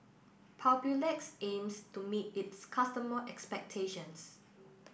Papulex aims to meet its customers' expectations